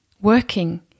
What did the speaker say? working